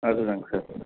அதுதாங்க சார் வேணும்